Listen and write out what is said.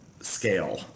scale